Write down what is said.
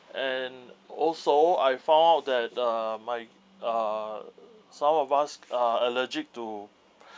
and also I found out that the my uh some of us are allergic to